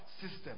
System